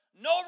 no